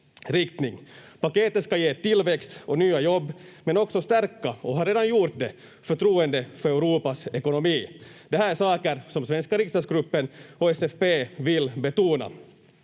Paketet ska ge tillväxt och nya jobb, men också stärka — och har redan gjort det — förtroendet för Europas ekonomi. Det här är saker som svenska riksdagsgruppen och SFP vill betona.